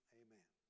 amen